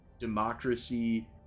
democracy